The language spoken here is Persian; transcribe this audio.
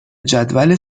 جدول